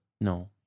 No